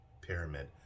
pyramid